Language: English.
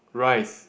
rice